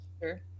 sure